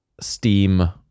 steam